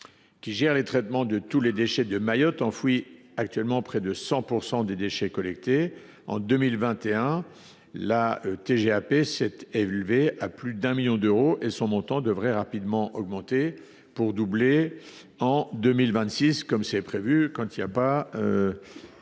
qui gère le traitement de tous les déchets de Mayotte, enfouit actuellement près de 100 % des déchets collectés. En 2021, la TGAP s’est élevée à plus d’un million d’euros et son montant devrait rapidement augmenter pour doubler en 2026 […]. En Guyane, le constat